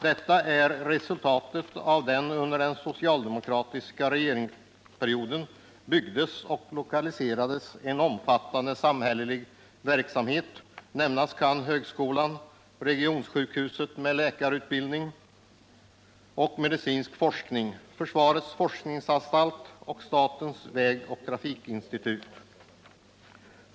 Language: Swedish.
Detta är resultatet av att det under den socialdemokratiska regeringsperioden byggdes upp en omfattande samhällelig verksamhet. Nämnas kan högskolan, regionsjukhuset med läkarutbildning och medicinsk forskning, försvarets forskningsanstalt och statens vägoch trafikinstitut.